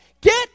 get